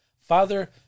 Father